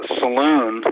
saloon